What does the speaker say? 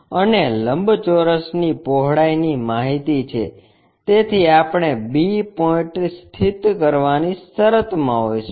અને લંબચોરસની પહોળાઈ ની માહિતી છે તેથી આપણે b પોઇન્ટ સ્થિત કરવાની શરતમાં હોઈશું